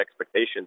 expectations